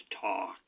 talk